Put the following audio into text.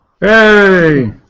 Hey